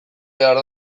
behar